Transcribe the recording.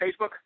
Facebook